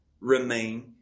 remain